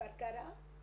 התוכנית היא פיילוט.